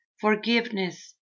forgiveness